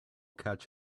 catch